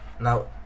Now